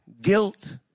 guilt